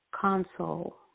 console